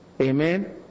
Amen